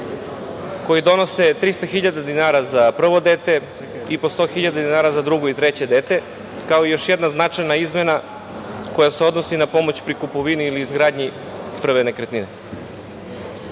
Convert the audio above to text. koji donose 300 hiljade dinara za prvo dete i po 100 hiljada dinara za drugo i treće dete, kao još jedna značajna izmena koja se odnosi na pomoć pri kupovini i izgradnji prve nekretnine. Kao